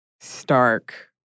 stark